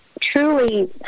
truly